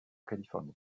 californie